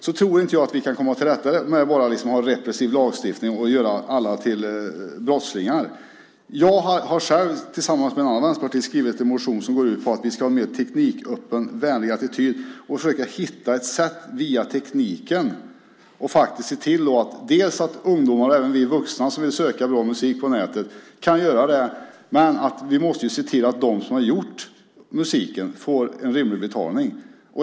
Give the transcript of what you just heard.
Jag tror inte att vi kan komma till rätta med det genom en repressiv lagstiftning och göra alla till brottslingar. Jag har själv, tillsammans med en annan vänsterpartist, skrivit en motion som går ut på att vi ska ha en mer tekniköppen och vänlig attityd och försöka hitta ett sätt via tekniken för att se till att ungdomar, och även vi vuxna, som vill söka bra musik på nätet kan göra det. Men vi måste se till att de som har gjort musiken får en rimlig betalning.